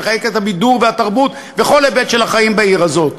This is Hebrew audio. לחזק את הבידור והתרבות בכל היבט של החיים בעיר הזאת,